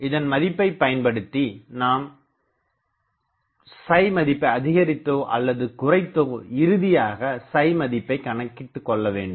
இதன் மதிப்பைபயன்படுத்தி நாம் மதிப்பை அதிகரித்தோ அல்லது குறைத்தோ இறுதியாக மதிப்பை கணக்கிட்டுக் கொள்ளவேண்டும்